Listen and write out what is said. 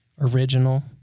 original